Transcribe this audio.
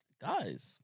Guys